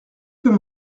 peut